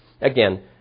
again